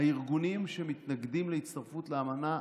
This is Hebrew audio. הארגונים שפנו אליי, שמתנגדים להצטרפות לאמנה.